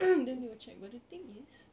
then they will check but the thing is